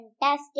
fantastic